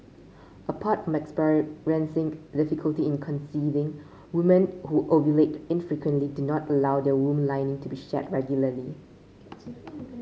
apart from experiencing difficulty in conceiving woman who ovulate infrequently do not allow their womb lining to be shed regularly